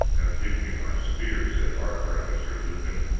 now give me my spear, said arthur unto sir lucan,